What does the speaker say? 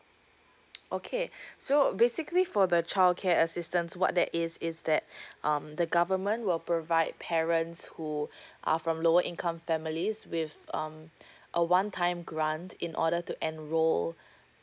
okay so basically for the childcare assistance what that is is that um the government will provide parents who are from lower income families with um a one time grant in order to enroll